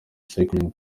cycling